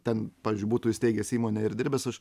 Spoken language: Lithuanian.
ten pavyzdžiui būtų įsteigęs įmonę ir dirbęs aš